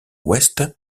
ouest